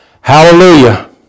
Hallelujah